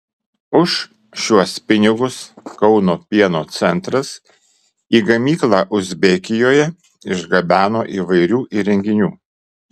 už šiuos pinigus kauno pieno centras į gamyklą uzbekijoje išgabeno įvairių įrenginių